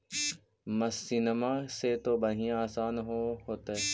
मसिनमा से तो बढ़िया आसन हो होतो?